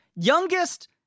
youngest